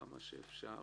כמה שאפשר.